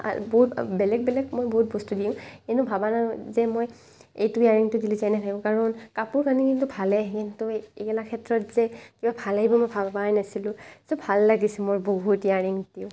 আৰু বহুত বেলেগ বেলেগ মই বহুত বস্তু দিওঁ কিন্তু ভবা নাই যে মই এইটো ইয়াৰৰিঙটো দিলে যে এনেকে থাকিব কাৰণ কাপোৰ কানি কিন্তু ভালেই আহে কিন্তু এইগিলা ক্ষেত্ৰত যে ইমান ভাল আহিব মই ভবাই নাছিলোঁ পিছে ভাল লাগিছে মোৰ বহুত ইয়াৰৰিঙটো